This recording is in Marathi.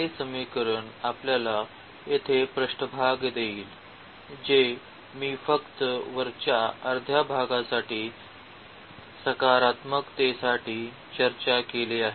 तर हे समीकरण आपल्यास येथे पृष्ठभाग देईल जे मी फक्त वरच्या अर्ध्या भागासाठी सकारात्मकतेसाठी चर्चा केले आहे